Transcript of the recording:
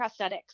prosthetics